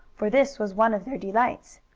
for this was one of their delights.